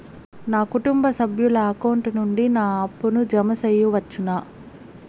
నా కుటుంబ సభ్యుల అకౌంట్ నుండి నా అప్పును జామ సెయవచ్చునా?